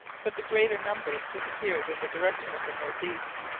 but the greater number disappeared in the direction of the north-east.